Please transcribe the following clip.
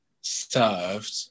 served